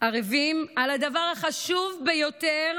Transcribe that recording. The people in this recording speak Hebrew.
ערבים לדבר החשוב ביותר